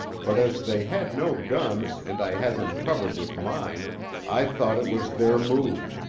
but as they had no guns and i had them covered with mine i thought it was their move.